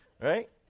Right